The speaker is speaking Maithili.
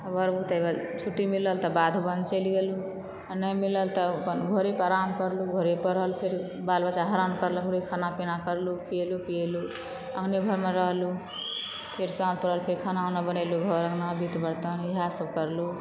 बड़ बहुत छुट्टी मिलल तऽ बाध बौन चैल गेलहुॅं आ नहि मिलल तऽ अपन घरे पे आराम कयलहुॅं घरे पे रहलहुॅं बाल बच्चा हरान करलक खाना पीना कयलहुॅं खियेलहुॅं पिएलहुॅं अंगने घर मे रहलहुॅं फेर सांझ पड़ल फेर खाना उना बनेलहुॅं घर अंगना बीत बर्तन इएह सब करलहुॅं